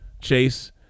Chase